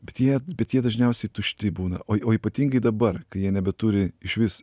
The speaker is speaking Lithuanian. bet jie bet jie dažniausiai tušti būna o ypatingai dabar kai jie nebeturi išvis